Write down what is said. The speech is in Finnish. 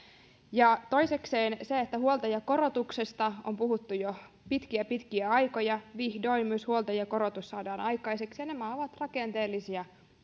toisekseen huoltajakorotuksesta on puhuttu jo pitkiä pitkiä aikoja ja vihdoin myös huoltajakorotus saadaan aikaiseksi nämä ovat rakenteellisia